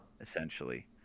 essentially